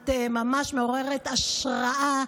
את ממש מעוררת השראה.